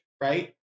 right